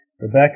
Rebecca